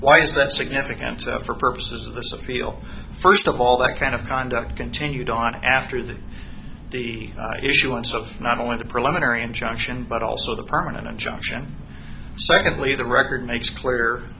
why is that significant for purposes of this appeal first of all that kind of conduct continued on after the issuance of not only the preliminary injunction but also the permanent injunction secondly the record makes clear